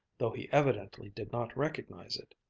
though he evidently did not recognize it.